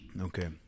Okay